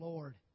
Lord